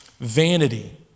vanity